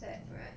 sad right